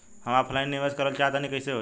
हम ऑफलाइन निवेस करलऽ चाह तनि कइसे होई?